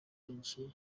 benshi